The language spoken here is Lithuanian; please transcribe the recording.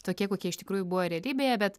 tokie kokie iš tikrųjų buvo realybėje bet